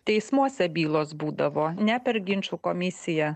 teismuose bylos būdavo ne per ginčų komisiją